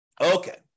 Okay